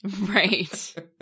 Right